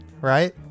right